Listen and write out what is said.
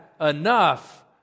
enough